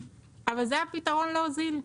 אבל זה הפתרון להוזיל.